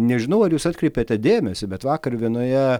nežinau ar jūs atkreipėte dėmesį bet vakar vienoje